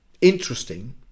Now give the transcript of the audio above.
interesting